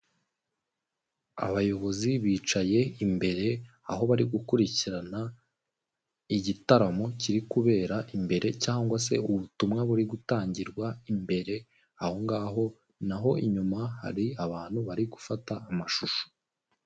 Abayobozi bicaye imbere aho bari gukurikirana igitaramo kiri kubera imbere cyangwa se ubutumwa buri gutangirwa imbere aho ngaho n'aho inyuma hari abantu bari gufata amashusho.